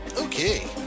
Okay